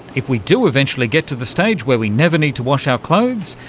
if we do eventually get to the stage where we never need to wash our clothes,